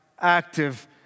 active